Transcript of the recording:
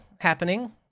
happening